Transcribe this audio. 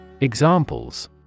Examples